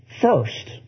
first